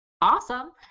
Awesome